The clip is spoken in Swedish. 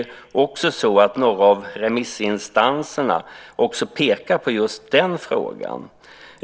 Några av remissinstanserna pekar också på den frågan.